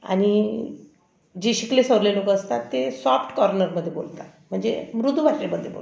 आणि जे शिकले सवरले लोकं असतात ते सॉफ्ट कॉर्नरमध्ये बोलतात म्हणजे मृदू भाषेमध्ये बोलतात